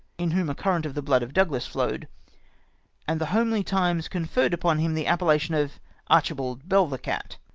in whom a current of the blood of douglas flowed and the homely times conferred upon him the appellation of archibald bell the cat.